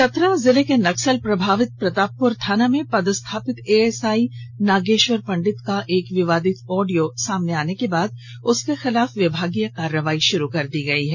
चतरा जिले के नक्सल प्रभावित प्रतापपुर थाना में पदस्थापित एएसआई नागेश्वर पंडित का एक विवादित ऑडियो सामने आने के बाद उसके खिलाफ विभागीय कार्रवाई शुरू कर दी गई है